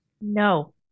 No